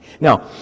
Now